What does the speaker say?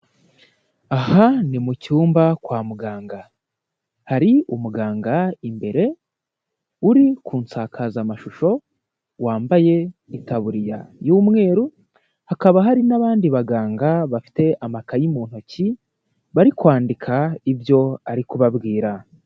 Aha ni mu cyumba kwa muganga. Hari umuganga imbere uri ku nsakazamashusho, wambaye itaburiya y'umweru, hakaba hari n'abandi baganga bafite amakayi mu ntoki bari kwandika ibyo ari kubabwira.